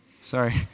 Sorry